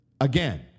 again